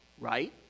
right